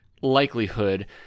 likelihood